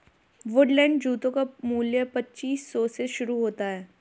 Woodland जूतों का मूल्य पच्चीस सौ से शुरू होता है